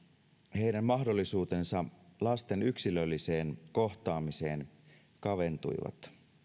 heidän mahdollisuutensa lasten yksilölliseen kohtaamiseen kaventuivat